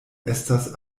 estas